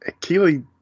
Keely